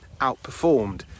outperformed